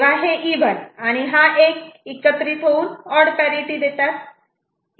तेव्हा हे इव्हन आणि हा 1 एकत्रित होऊन ऑड पॅरिटि देतात